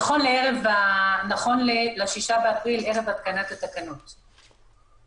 נכון ל-6 באפריל, ערב התקנת התקנות,